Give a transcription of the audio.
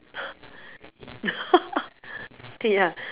ya